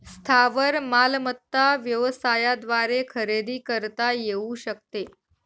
स्थावर मालमत्ता व्यवसायाद्वारे खरेदी करता येऊ शकते